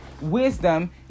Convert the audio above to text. wisdom